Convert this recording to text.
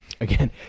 Again